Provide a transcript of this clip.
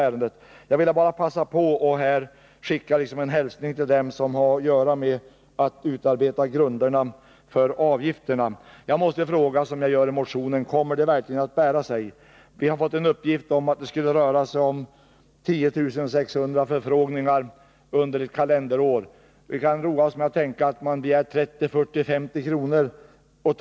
Men jag vill passa på och skicka en hälsning till dem som skall utarbeta grunderna för avgifterna. Jag måste fråga som jag gör i motionen: Kommer detta verkligen att bära sig? Vi har fått uppgift om att det skulle röra sig om 10 600 förfrågningar under ett kalenderår. Om man begär 30, 40 eller 50 kr.